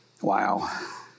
wow